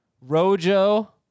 Rojo